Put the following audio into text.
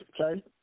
okay